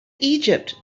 egypt